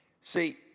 See